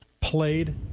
Played